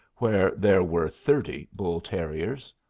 where there were thirty bull terriers.